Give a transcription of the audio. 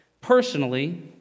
personally